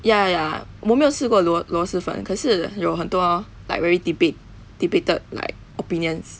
ya ya ya 我没有吃过螺螺蛳粉可是有很多 like very debate debated like opinions